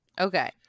okay